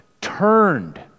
turned